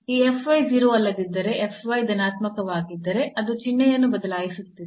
ಈ 0 ಅಲ್ಲದಿದ್ದರೆ ಧನಾತ್ಮಕವಾಗಿದ್ದರೆ ಅದು ಚಿಹ್ನೆಯನ್ನು ಬದಲಾಯಿಸುತ್ತಿದೆ